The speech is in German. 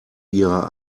ihrer